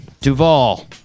Duvall